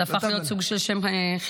זה הפך להיות סוג של שם חיבה.